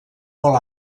molt